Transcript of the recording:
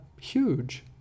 huge